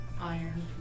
iron